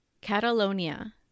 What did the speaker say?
Catalonia